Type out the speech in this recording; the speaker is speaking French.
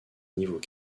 niveaux